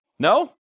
No